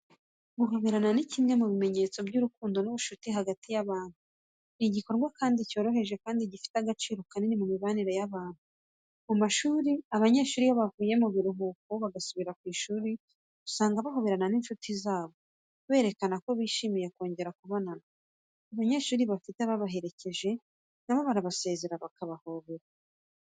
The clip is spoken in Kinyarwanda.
Guhoberana ni kimwe mu bimenyetso by'urukundo n'ubucuti hagati y'abantu. Ni igikorwa kandi cyoroheje ariko gifite agaciro kanini mu mibanire y'abantu. Mu mashuri, abanyeshuri iyo bavuye mu biruhuko bagasubira ku ishuri, usanga bahobera inshuti zabo, bakerekana ko bishimiye kongera kubonana. Abanyeshuri bafite ababaherekeje na bo babasezera babahobera.